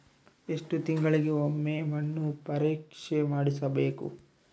ಎಷ್ಟು ತಿಂಗಳಿಗೆ ಒಮ್ಮೆ ಮಣ್ಣು ಪರೇಕ್ಷೆ ಮಾಡಿಸಬೇಕು?